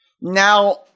Now